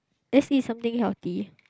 let's eat something healthy